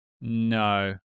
no